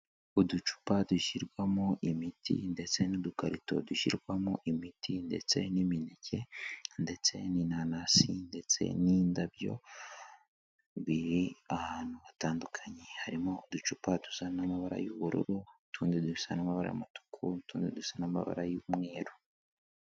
Uducupa dushyirwamo imiti ndetse n'udukarito dushyirwamo imiti ndetse n'imineke ndetse n'inanasi ndetse n'indabyo, biri ahantu hatandukanye harimo uducupa dusa n'amabara y'ubururu, utundi dusa n'amabara amatuku, utundi dusa n'amabara y'umweru.